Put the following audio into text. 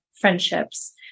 friendships